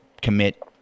commit